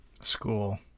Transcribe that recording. School